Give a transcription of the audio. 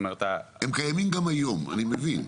הם קיימים גם היום, אני מבין.